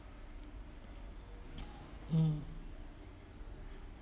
mm